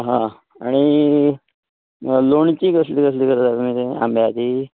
हां आनी लोणचीं कसलीं कसलीं करता तुमी आंब्याची